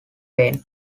plain